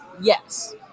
Yes